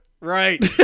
Right